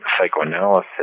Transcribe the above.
psychoanalysis